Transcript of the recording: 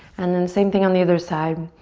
and then same thing on the other side.